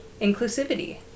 inclusivity